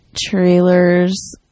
trailers